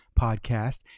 podcast